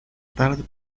tarde